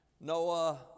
Noah